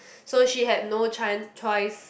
so she had no chance choice